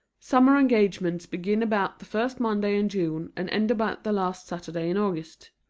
summer engagements begin about the first monday in june and end about the last saturday in august.